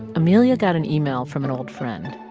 amelia got an email from an old friend.